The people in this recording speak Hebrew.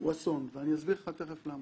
אסון ואני אסביר תכף למה.